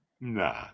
Nah